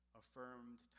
affirmed